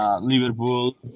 Liverpool